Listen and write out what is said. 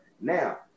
Now